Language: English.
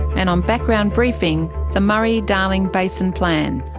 and on background briefing, the murray-darling basin plan,